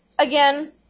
again